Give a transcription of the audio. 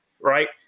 Right